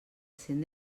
cent